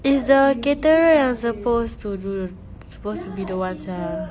as the caterer you are supposed to do th~ supposed to be the one sia